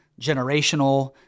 generational